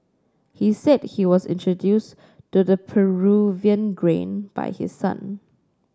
he said he was introduced to the Peruvian grain by his son